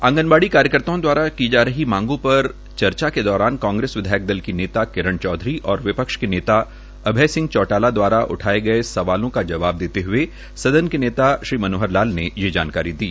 आंगनवाड़ी कार्यकर्ताओं द्वारा की जा रही मांगों पर हई चर्चा के दौरान कांग्रेस विधायक दल की नेता किरण चौधरी और विपक्ष के नेता अभय सिंह चौटाला दवारा उठाये सवालों का जवाब देते हए सदन के नेता श्री मनोहर लाल ने ये जानकारी दी